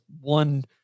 one